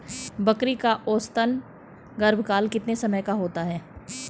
बकरी का औसतन गर्भकाल कितने समय का होता है?